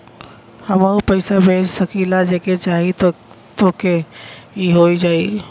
हमहू पैसा भेज सकीला जेके चाही तोके ई हो जाई?